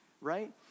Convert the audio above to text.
Right